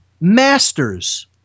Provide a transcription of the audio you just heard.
masters